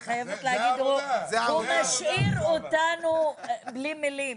אני חייבת להגיד, הוא משאיר אותנו בלי מילים.